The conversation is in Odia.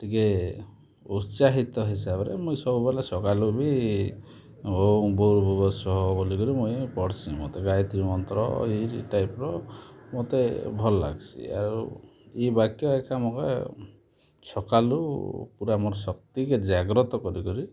ଟିକେ ମାନେ ଉତ୍ସାହିତ ହିସାବରେ ମୁଇଁ ସବୁବେଲେ ସକାଲୁ ବି ଓଁ ଭୁର୍ ଭୁବସ୍ଵହା ବୋଲିକିରି ମୁଇଁ ପଢ଼ସିଁ ମତେ ଗାୟତ୍ରୀ ମନ୍ତ୍ର ଇ ଟାଇପ୍ର ମତେ ଭଲ୍ ଲାଗ୍ସି ଆରୁ ଇ ବାକ୍ୟ ଏକା ମୋକେ ସକାଲୁ ପୁରା ମୋର୍ ଶକ୍ତିକେ ଜାଗ୍ରତ କରି କିରି